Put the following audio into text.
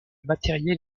matériel